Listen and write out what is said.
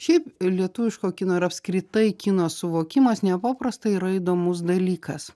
šiaip lietuviško kino ir apskritai kino suvokimas nepaprastai yra įdomus dalykas